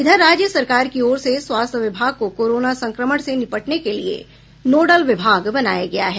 इधर राज्य सरकार की ओर से स्वास्थ्य विभाग को कोरोना संक्रमण से निपटने के लिये नोडल विभाग बनाया गया है